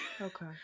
okay